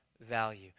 value